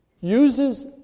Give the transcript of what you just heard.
uses